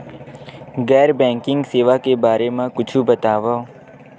गैर बैंकिंग सेवा के बारे म कुछु बतावव?